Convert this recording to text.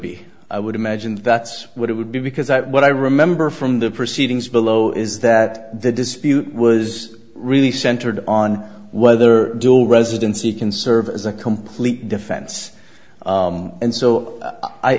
be i would imagine that's what it would be because i what i remember from the proceedings below is that the dispute was really centered on whether dual residency can serve as a complete defense and so